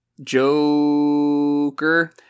Joker